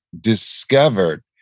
discovered